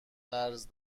قرض